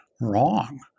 wrong